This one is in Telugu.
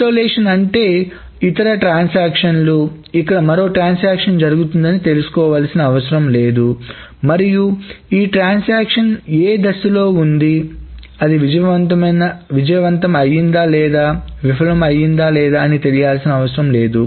ఐసోలేషన్ అంటే ఇతర ట్రాన్సాక్షన్లుఇక్కడ మరొక ట్రాన్సాక్షన్ జరుగుతుందని తెలుసుకోవలసిన అవసరం లేదు మరియు ఈ ట్రాన్సాక్షన్ ఏ దశలో ఉంది అది విజయవంతం అయిందా లేదా విఫలం అయిందా అని తెలియాల్సిన అవసరం లేదు